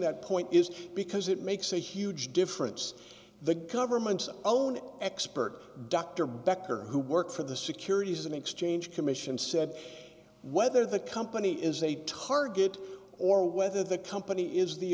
that point is because it makes a huge difference the government's own expert dr becker who works for the securities and exchange commission said whether the company is a target or whether the company is the